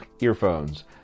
earphones